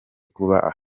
kuba